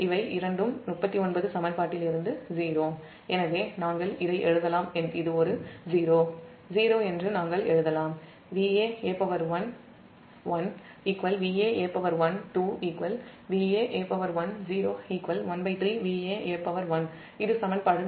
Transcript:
எனவே இது ஒரு '0' '0' என்று நாம் இதை எழுதலாம் Vaa11Vaa12Vaa10 13 Vaa1 இது சமன்பாடு 41